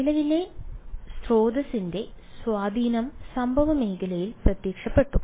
നിലവിലെ സ്രോതസ്സിന്റെ സ്വാധീനം സംഭവമേഖലയിൽ പ്രത്യക്ഷപ്പെട്ടു